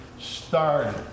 started